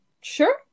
sure